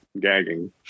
Gagging